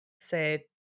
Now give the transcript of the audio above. say